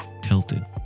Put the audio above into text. tilted